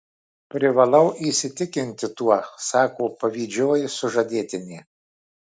privalau įsitikinti tuo sako pavydžioji sužadėtinė